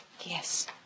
Yes